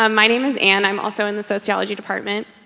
um my name is anne, i'm also in the sociology department.